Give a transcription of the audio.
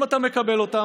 אם אתה מקבל אותם,